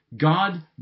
God